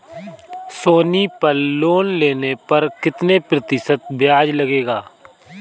सोनी पल लोन लेने पर कितने प्रतिशत ब्याज लगेगा?